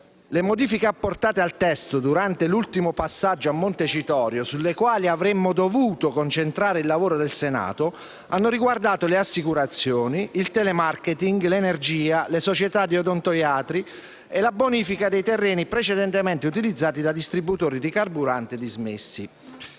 Le modifiche apportate al testo durante l'ultimo passaggio a Montecitorio, sulle quali avremmo dovuto concentrare il lavoro del Senato, hanno riguardato le assicurazioni, il *telemarketing*, l'energia, le società di odontoiatri e la bonifica dei terreni precedentemente utilizzati da distributori di carburanti dismessi.